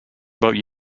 about